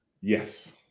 yes